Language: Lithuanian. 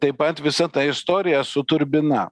taip pat visa ta istorija su turbina